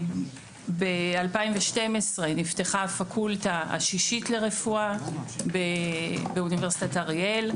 ב-2012 נפתחה הפקולטה השישית לרפואה באוניברסיטת אריאל.